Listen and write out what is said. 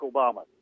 Obama